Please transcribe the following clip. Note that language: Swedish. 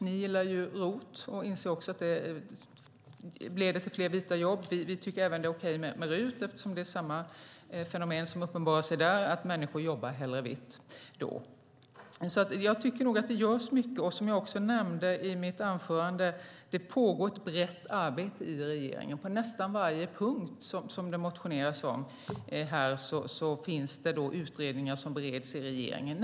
Ni gillar ROT och inser att det leder till fler vita jobb. Vi tycker att det även är okej med RUT eftersom samma fenomen uppenbarar sig där, nämligen att människor hellre jobbar vitt. Så jag tycker nog att det görs mycket. Som jag nämnde i mitt anförande pågår det ett brett arbete i regeringen. På nästan varje punkt som det motioneras om finns det utredningar som bereds i regeringen.